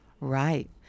Right